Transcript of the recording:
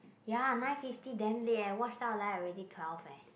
ya nine fifty damn late eh watch 到来 already twelve eh